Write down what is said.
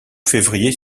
février